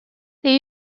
they